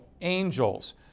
angels